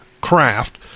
craft